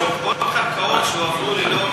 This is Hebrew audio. יש שם עוד קרקעות שהועברו ללא,